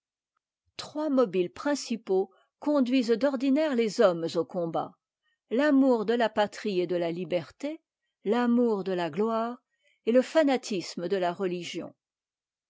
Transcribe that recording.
trois mobiles principaux conduisent d'ordinaire les hommes au combat l'amour de la patrie et de la liberté l'amour de la gloire et le fanatisme de la religion